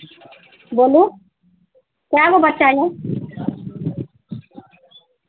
बोलू कए गो बच्चा यए